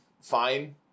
fine